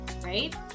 right